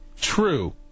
true